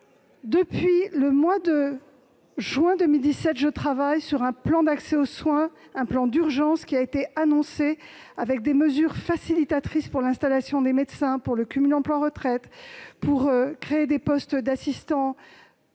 Depuis le mois de juin 2017, je travaille sur un plan d'urgence d'accès aux soins. Celui-ci a été annoncé. Il contient des mesures facilitatrices pour l'installation des médecins, pour le cumul emploi-retraite, pour créer des postes d'assistants